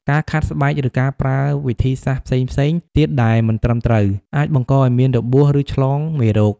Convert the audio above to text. ការខាត់ស្បែក ឬការប្រើវិធីសាស្ត្រផ្សេងៗទៀតដែលមិនត្រឹមត្រូវ អាចបង្កឱ្យមានរបួស ឬឆ្លងមេរោគ។